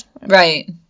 Right